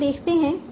तो हम देखते हैं